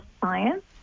science